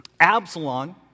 Absalom